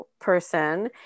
person